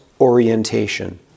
orientation